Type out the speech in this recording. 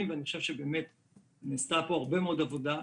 ואני חושב שבאמת נעשתה פה הרבה מאוד עבודה.